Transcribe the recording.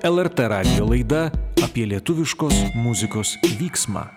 lrt radijo laida apie lietuviškos muzikos vyksmą